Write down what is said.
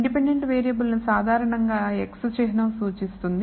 independent variable ను సాధారణంగా x చిహ్నం సూచిస్తుంది